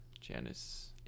Janice